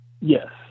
Yes